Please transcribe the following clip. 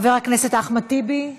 חבר הכנסת אחמד טיבי,